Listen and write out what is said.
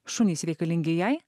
šunys reikalingi jai